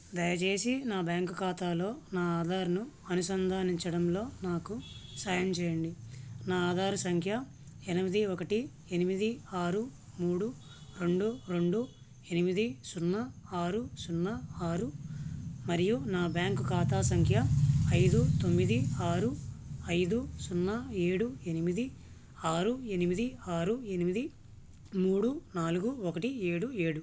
దయచేసి నా బ్యాంకు ఖాతాలో నా ఆధార్ను అనుసంధానించడంలో నాకు సహాయం చేయండి నా ఆధార్ సంఖ్య ఎనిమిది ఒకటి ఎనిమిది ఆరు మూడు రెండు రెండు ఎనిమిది సున్నా ఆరు సున్నా ఆరు మరియు నా బ్యాంకు ఖాతా సంఖ్య ఐదు తొమ్మిది ఆరు ఐదు సున్నా ఏడు ఎనిమిది ఆరు ఎనిమిది ఆరు ఎనిమిది మూడు నాలుగు ఒకటి ఏడు ఏడు